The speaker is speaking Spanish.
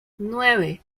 nueve